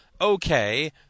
okay